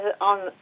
on